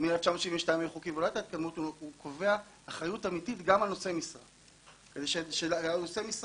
הוא קובע אחריות אמיתית על נושאי משרה גם בגופים